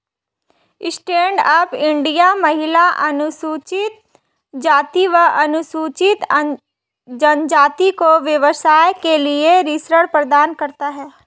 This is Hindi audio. स्टैंड अप इंडिया महिला, अनुसूचित जाति व अनुसूचित जनजाति को व्यवसाय के लिए ऋण प्रदान करता है